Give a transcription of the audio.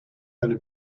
seine